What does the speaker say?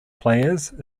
players